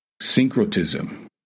syncretism